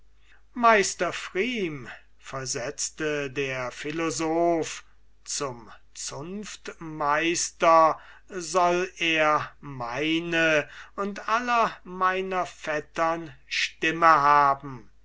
meister pfrieme versetzte der philosoph zum zunftmeister soll er meine und aller meiner vettern stimme haben